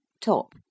top